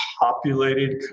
populated